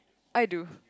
I do